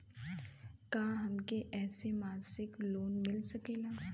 का हमके ऐसे मासिक लोन मिल सकेला?